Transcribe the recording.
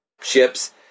ships